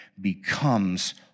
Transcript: becomes